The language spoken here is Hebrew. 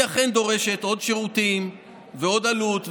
היא אכן דורשת עוד שירותים ועוד עלות,